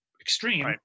extreme